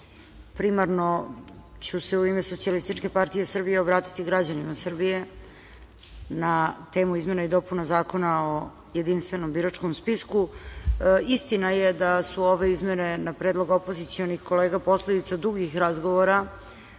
primarno ću se u ime SPS, obratiti građanima Srbije, na temu izmena i dopuna Zakona o jedinstvenom biračkom spisku. Istina je da su ove izmene na predlog opozicionih kolega, posledica dugih razgovora,